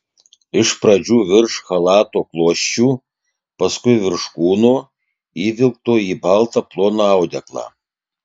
iš pradžių virš chalato klosčių paskui virš kūno įvilkto į baltą ploną audeklą